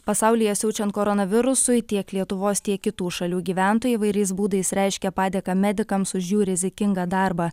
pasaulyje siaučiant koronavirusui tiek lietuvos tiek kitų šalių gyventojai įvairiais būdais reiškia padėką medikams už jų rizikingą darbą